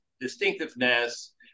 distinctiveness